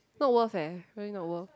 not worth eh really not worth